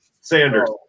Sanders